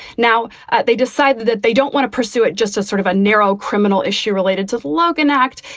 now they decide that they don't want to pursue it just as sort of a narrow criminal issue related to the logan act.